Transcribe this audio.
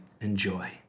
enjoy